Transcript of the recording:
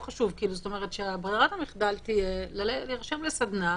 ברירת המחדל תהיה להירשם לסדנה,